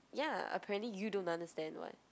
ya apparently you don't understand [what]